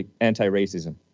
anti-racism